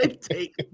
take